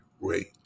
rate